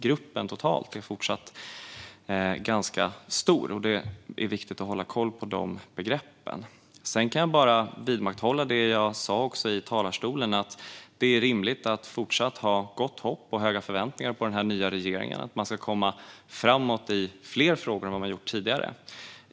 Gruppen är totalt sett fortsatt ganska stor, och det är viktigt att hålla koll på dessa begrepp. Jag kan bara vidmakthålla det jag sa i talarstolen, alltså att det är rimligt att ha fortsatt gott hopp och höga förväntningar på den nya regeringen när det gäller att komma framåt i fler frågor än vad man gjort tidigare.